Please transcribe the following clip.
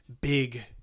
big